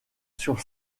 sur